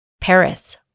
Paris